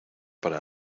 para